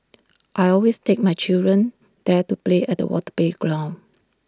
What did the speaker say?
I always take my children there to play at the water playground